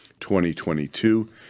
2022